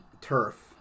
turf